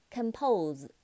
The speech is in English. Compose